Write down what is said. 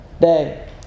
day